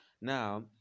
now